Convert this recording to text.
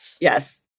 Yes